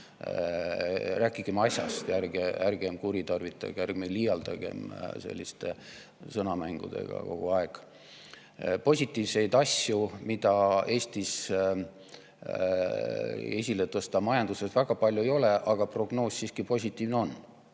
Rääkigem asjast, ärgem liialdagem selliste sõnamängudega kogu aeg. Positiivseid asju, mida Eestis esile tõsta, majanduses väga palju ei ole, aga prognoos siiski on positiivne.